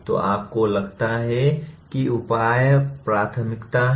तो आपको लगता है कि उपाय प्राथमिकता है